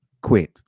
quit